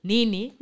Nini